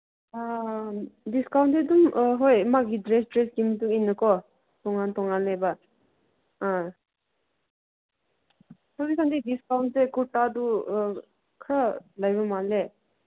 ꯗꯤꯁꯀꯥꯎꯟꯗꯤ ꯑꯗꯨꯝ ꯍꯣꯏ ꯃꯥꯒꯤ ꯗ꯭ꯔꯦꯁ ꯗ꯭ꯔꯦꯁꯀꯤ ꯃꯇꯨꯡꯏꯟꯅꯀꯣ ꯇꯣꯉꯥꯜ ꯇꯣꯉꯥꯜꯂꯦꯕ ꯑꯥ ꯍꯧꯖꯤꯛꯀꯥꯟꯗꯤ ꯗꯤꯁꯀꯥꯎꯟꯁꯦ ꯀꯨꯔꯇꯥꯗꯨ ꯈꯔ ꯂꯩꯕ ꯃꯥꯜꯂꯦ